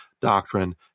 doctrine